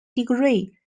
degree